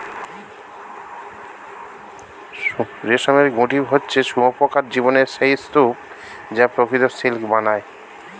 রেশমের গুটি হচ্ছে শুঁয়োপোকার জীবনের সেই স্তুপ যা প্রকৃত সিল্ক বানায়